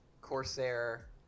Corsair